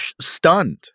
stunned